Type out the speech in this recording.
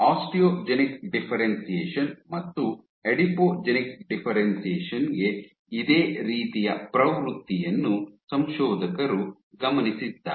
osteogenic differentiation ಮತ್ತು adipogenic differentiation ಗೆ ಇದೇ ರೀತಿಯ ಪ್ರವೃತ್ತಿಯನ್ನು ಸಂಶೋಧಕರು ಗಮನಿಸಿದ್ದಾರೆ